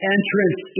Entrance